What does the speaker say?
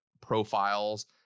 profiles